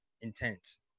intense